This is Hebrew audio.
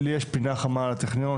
לי יש פינה חמה לטכניון,